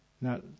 Now